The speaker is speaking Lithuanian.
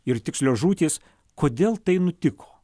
ir tikslios žūtys kodėl tai nutiko